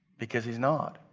because he's not.